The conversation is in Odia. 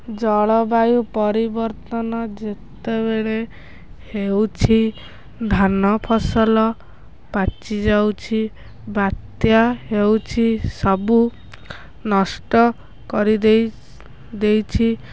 ଜଳବାୟୁ ପରିବର୍ତ୍ତନ ଯେତେବେଳେ ହେଉଛି ଧାନ ଫସଲ ପାଚି ଯାଉଛି ବାତ୍ୟା ହେଉଛି ସବୁ ନଷ୍ଟ କରିଦେଇ ଦେଇଛି